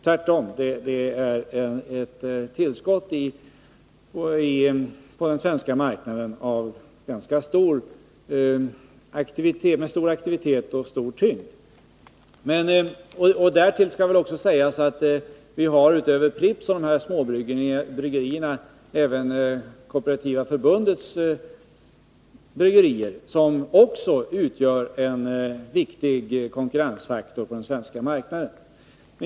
Tvärtom, den är ett tillskott på den svenska marknaden med ganska stor aktivitet och stor tyngd. Därtill skall också sägas att vi utöver Pripps och småbryggerierna även har Kooperativa förbundets bryggerier, som också utgör en viktig konkurrensfaktor på den svenska marknaden.